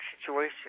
situation